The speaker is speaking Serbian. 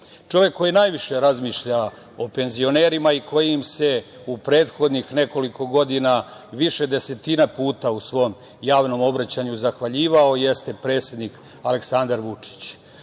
koji najviše razmišlja o penzionerima i koji im se u prethodnih nekoliko godina više desetina puta u svom javnom obraćanju zahvaljivao jeste predsednik Aleksandar Vučić.